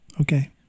Okay